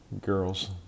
girls